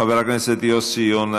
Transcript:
חבר הכנסת יוסי יונה,